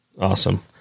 Awesome